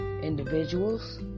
individuals